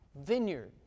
vineyard